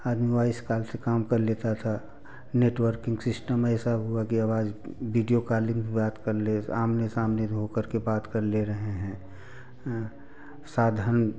आदमी voice call से काम कर लेता था नेटवर्किंग सिस्टम ऐसा हुआ कि अब आज बिडिओ कालिंग भी बात कर ले आमने सामने भी हो करके बात कर ले रहे हैं साधन